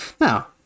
now